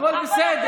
הכול בסדר.